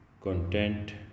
content